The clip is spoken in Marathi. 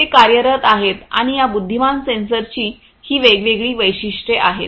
ते कार्यरत आहेत आणि या बुद्धिमान सेन्सरची ही वेगवेगळी वैशिष्ट्ये आहेत